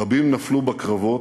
רבים נפלו בקרבות,